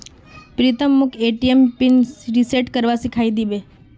प्रीतम मोक ATM pin reset करवा सिखइ दी बे